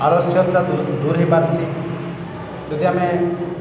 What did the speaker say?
ଆଳସ୍ୟତାରୁ ଦୂର ହେଇପାର୍ସି ଯଦି ଆମେ